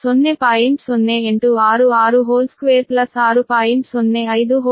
ಅದೇ ರೀತಿ da3b1 0